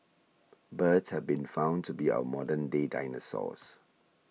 birds have been found to be our modern day dinosaurs